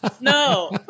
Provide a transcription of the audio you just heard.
No